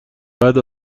بعد